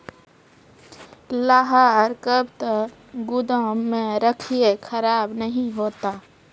लहार कब तक गुदाम मे रखिए खराब नहीं होता?